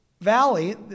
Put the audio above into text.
valley